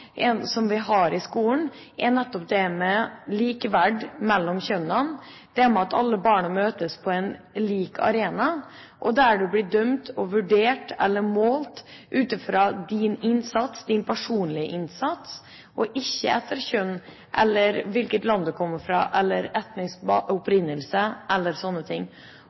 som vi har i skolen, er nettopp det med likeverd mellom kjønnene, det med at alle barn møtes på en lik arena, der du blir dømt og vurdert eller målt ut fra din personlige innsats, og ikke etter kjønn eller hvilket land du kommer fra, eller etnisk opprinnelse eller slike ting.